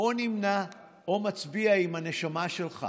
או נמנע בהם או מצביע עם הנשמה שלך